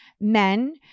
men